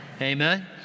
amen